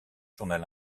journal